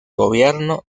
gobierno